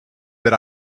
that